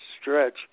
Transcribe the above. stretch